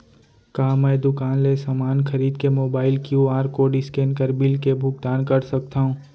का मैं दुकान ले समान खरीद के मोबाइल क्यू.आर कोड स्कैन कर बिल के भुगतान कर सकथव?